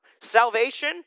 Salvation